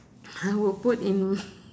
I would put in